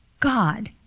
God